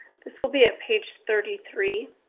this will be at page thirty three.